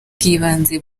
bw’ibanze